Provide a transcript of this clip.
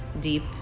deep